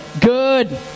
Good